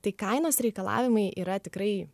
tai kainos reikalavimai yra tikrai